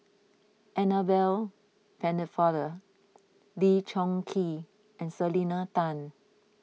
Annabel Pennefather Lee Choon Kee and Selena Tan